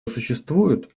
существуют